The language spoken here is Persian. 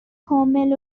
کامل